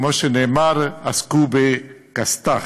כמו שנאמר, עסקו בכסת"ח,